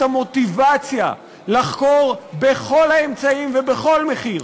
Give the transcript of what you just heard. המוטיבציה לחקור בכל האמצעים ובכל מחיר,